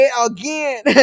Again